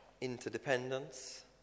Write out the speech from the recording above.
interdependence